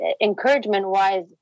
encouragement-wise